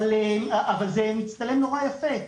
אבל זה מצטלם מאוד יפה.